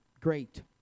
great